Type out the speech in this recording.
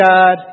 God